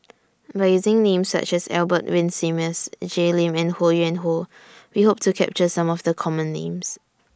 By using Names such as Albert Winsemius Jay Lim and Ho Yuen Hoe We Hope to capture Some of The Common Names